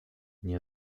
nie